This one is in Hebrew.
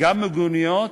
גם מיגוניות,